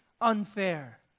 unfair